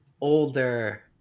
older